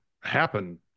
happen